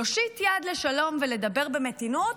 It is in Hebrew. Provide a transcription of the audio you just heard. להושיט יד לשלום ולדבר במתינות,